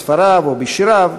בספריו ובשיריו,